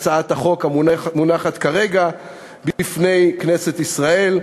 הצעת החוק המונחת כרגע בפני כנסת ישראל.